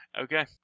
Okay